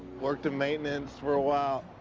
worked in maintenance for a while,